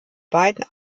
beiden